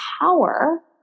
power